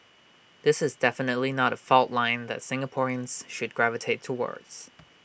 this is definitely not A fault line that Singaporeans should gravitate towards